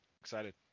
excited